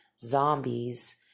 zombies